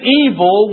evil